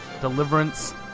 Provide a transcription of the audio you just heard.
Deliverance